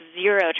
zero